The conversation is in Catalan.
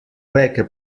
beca